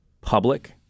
public